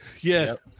Yes